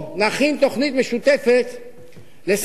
לסייע לאותן אוכלוסיות שתמיד מוצאות את